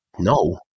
No